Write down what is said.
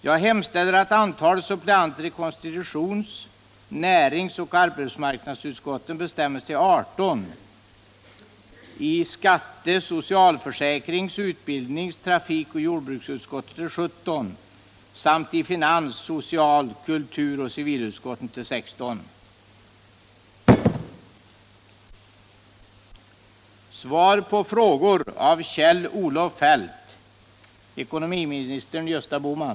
Jag hemställer att antalet suppleanter i konstitutions-, näringsoch arbetsmarknadsutskotten bestäms till 18, i skatte-, socialförsäkrings-, utbildnings-, trafikoch jordbruksutskotten till 17 samt i finans-, social-, kulturoch civilutskotten till 16.